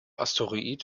asteroid